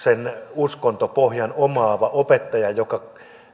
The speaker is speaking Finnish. uskontopohjan omaava opettaja joka